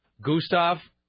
Gustav